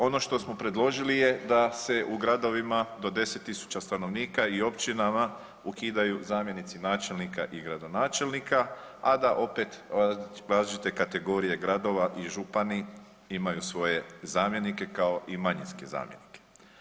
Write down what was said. Ono što smo predložili je da se u gradovima do 10 tisuća stanovnika i općinama ukidaju zamjenici načelnika i gradonačelnika, a da opet različite kategorije gradova i župani imaju svoje zamjenike kao i manjinske zamjenike.